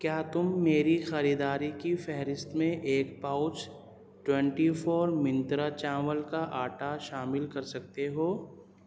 کیا تم میری خریداری کی فہرست میں ایک پاؤچ ٹوینٹی فور منترا چاول کا آٹا شامل کر سکتے ہو